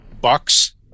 Bucks